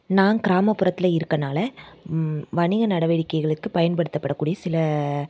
நான் கிராமபுறத்தில் இருக்கனால் வணிக நடவடிக்கைகளுக்கு பயன்படுத்தப்பட கூடிய சில